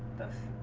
of